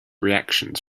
reactions